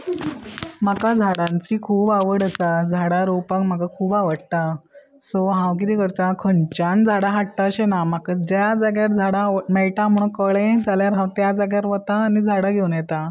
म्हाका झाडांची खूब आवड आसा झाडां रोवपाक म्हाका खूब आवडटा सो हांव कितें करतां खंयच्यान झाडां हाडटा अशें ना म्हाका ज्या जाग्यार झाडां मेळटा म्हण कळें जाल्यार हांव त्या जाग्यार वतां आनी झाडां घेवन येता